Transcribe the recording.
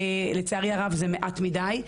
לצערי הרב זה מעט מדי.